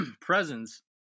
presence